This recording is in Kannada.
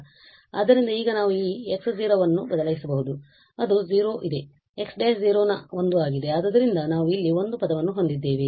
ಆದ್ದರಿಂದ ಈಗ ನಾವು ಈ x ಅನ್ನು ಬದಲಾಯಿಸಬಹುದು ಅದು 0 ಇದೆ x′ 1 ಆಗಿದೆ ಆದ್ದರಿಂದ ನಾವು ಅಲ್ಲಿ 1 ಪದವನ್ನು ಹೊಂದಿದ್ದೇವೆ